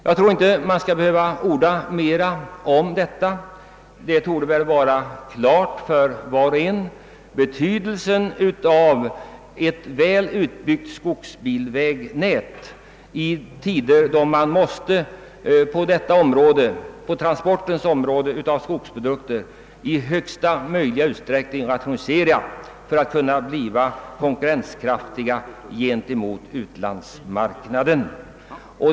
Jag tror inte man skall behöva orda mera om detta; betydelsen av ett väl utbyggt skogsbilvägnät torde stå klar för var och en i dessa tider, då transporten av skogsprodukter måste rationaliseras i största möjliga utsträckning för att våra skogsprodukter skall kunna konkurrera på utlandsmarknaden.